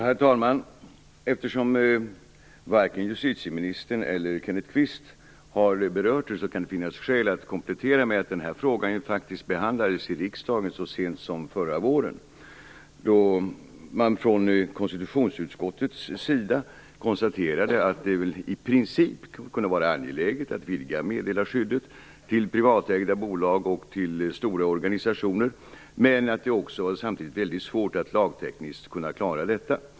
Herr talman! Eftersom varken justitieministern eller Kenneth Kvist har berört det, kan det finnas skäl att komplettera med att den här frågan faktiskt behandlades i riksdagen så sent som förra våren. Då konstaterade man från konstitutionsutskottets sida att det i princip kunde vara angeläget att vidga meddelarskyddet till privatägda bolag och till stora organisationer, men att det samtidigt var mycket svårt att lagtekniskt kunna klara detta.